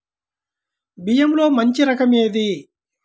బియ్యంలో మంచి రకం ఏది?